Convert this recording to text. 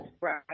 Right